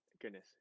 goodness